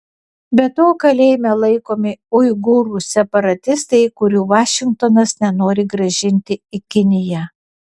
be to kalėjime laikomi uigūrų separatistai kurių vašingtonas nenori grąžinti į kiniją